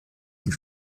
mit